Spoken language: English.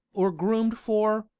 or groomed for,